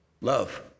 Love